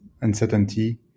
uncertainty